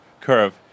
curve